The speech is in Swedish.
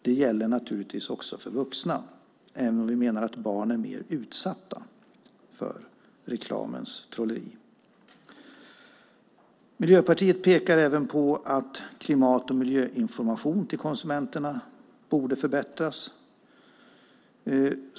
Det gäller naturligtvis också för vuxna även om vi menar att barn är mer utsatta för reklamens trolleri. Miljöpartiet pekar även på att klimat och miljöinformation till konsumenterna borde förbättras.